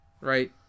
Right